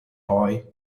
poi